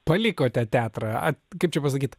palikote teatrą kaip čia pasakyt